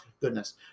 goodness